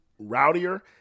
rowdier